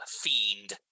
fiend